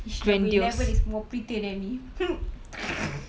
number eleven is more prettier than me